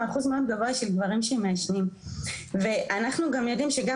אחוז מאוד גבוה של גברים שמעשנים ואנחנו גם יודעים שגם